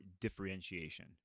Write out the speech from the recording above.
differentiation